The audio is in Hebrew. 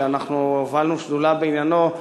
שאנחנו הובלנו שדולה בעניינו,